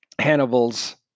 Hannibal's